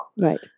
right